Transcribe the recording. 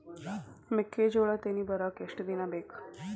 ಮೆಕ್ಕೆಜೋಳಾ ತೆನಿ ಬರಾಕ್ ಎಷ್ಟ ದಿನ ಬೇಕ್?